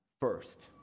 first